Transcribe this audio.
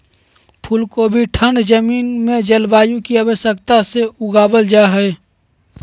फूल कोबी ठंड जमीन में जलवायु की आवश्यकता से उगाबल जा हइ